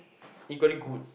equally good